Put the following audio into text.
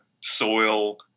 soil